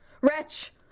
Wretch